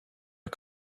are